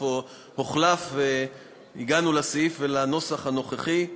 הוא הוחלף והגענו לסעיף ולנוסח הנוכחי,